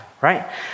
right